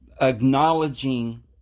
acknowledging